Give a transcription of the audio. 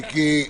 בוקר טוב לכולם,